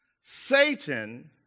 Satan